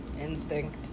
instinct